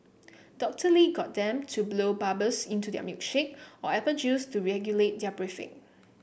Doctor Lee got them to blow bubbles into their milkshake or apple juice to regulate their breathing